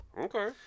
Okay